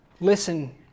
listen